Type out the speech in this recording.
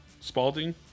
Spalding